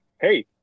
Hey